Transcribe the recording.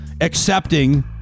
accepting